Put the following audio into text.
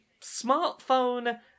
smartphone